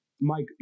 Mike